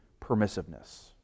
permissiveness